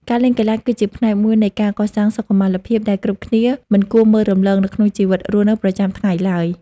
ការលេងកីឡា គឺជាផ្នែកមួយនៃការកសាងសុខុមាលភាពដែលគ្រប់គ្នាមិនគួរមើលរំលងនៅក្នុងជីវិតរស់នៅប្រចាំថ្ងៃឡើយ។